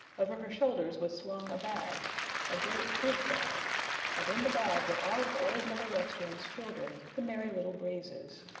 over her shoulders was slung a bag a great big bag and in the bag were all of old mother west wind's children, the merry little breezes.